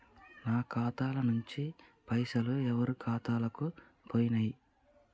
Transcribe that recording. నా ఖాతా ల నుంచి పైసలు ఎవరు ఖాతాలకు పోయినయ్?